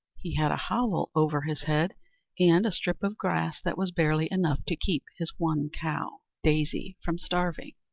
he had a hovel over his head and a strip of grass that was barely enough to keep his one cow, daisy, from starving,